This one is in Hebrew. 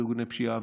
ארגוני פשיעה,